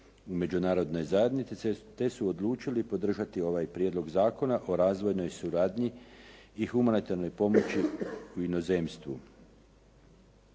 Međunarodnoj zajednici te su odlučili podržati ovaj Prijedlog zakona o razvojnoj suradnji i humanitarnoj pomoći u inozemstvu